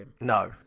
No